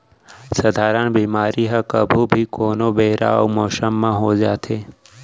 सधारन बेमारी ह कभू भी, कोनो बेरा अउ मौसम म हो जाथे